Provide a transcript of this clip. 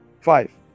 five